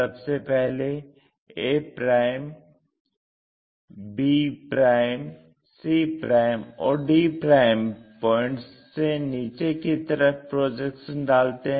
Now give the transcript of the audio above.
सबसे पहले a b c और d पॉइंट्स से नीचे की तरफ प्रोजेक्शन डालते हैं